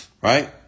right